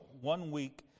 one-week